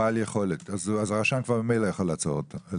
בעל יכולת אז רשם ממילא יכול לעצור אותו.